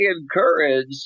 encourage